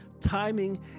Timing